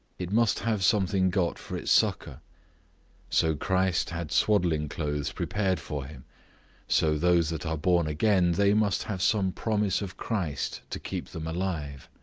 it must have something got for its succour so christ had swaddling clothes prepared for him so those that are born again, they must have some promise of christ to keep them alive.